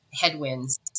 headwinds